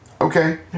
Okay